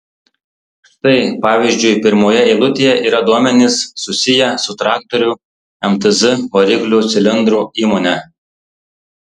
štai pavyzdžiui pirmoje eilutėje yra duomenys susiję su traktorių mtz variklių cilindrų įmone